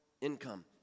income